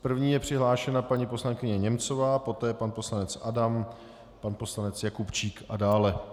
První je přihlášena paní poslankyně Němcová, poté pan poslanec Adam, pan poslanec Jakubčík a dále.